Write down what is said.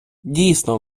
дійсно